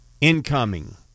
Incoming